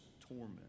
torment